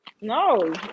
No